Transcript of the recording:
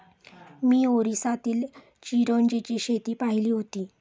मी ओरिसातील चिरोंजीची शेती पाहिली होती